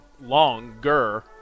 longer